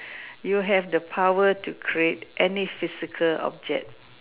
you have the power to create any physical object